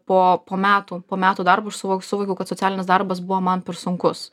po po metų po metų darbo aš suvok suvokiau kad socialinis darbas buvo man per sunkus